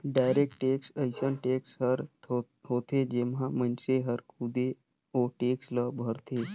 direct tax अइसन tax हर होथे जेम्हां मइनसे हर खुदे ओ टेक्स ल भरथे